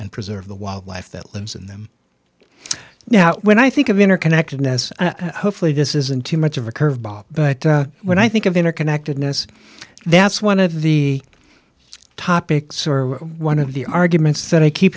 and preserve the wildlife that lives in them now when i think of interconnectedness hopefully this isn't too much of a curveball but when i think of interconnectedness that's one of the topics or one of the arguments that i keep